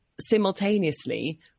simultaneously